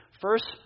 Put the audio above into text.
First